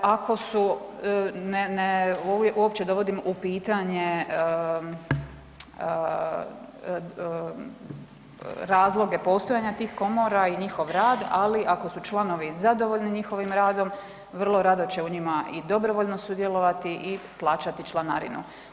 Ako su, ne, uopće dovodim u pitanje razloge postojanja tih komora i njihov rad, ali ako su članovi zadovoljni njihovim radom, vrlo rado će u njima i dobrovoljno sudjelovati i plaćati članarinu.